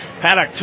Paddock